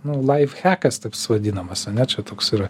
nu laifhekas toks vadinamas ane čia toks yra